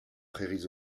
prairies